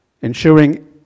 ensuring